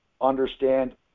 understand